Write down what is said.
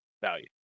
value